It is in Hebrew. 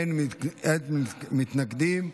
אין מתנגדים.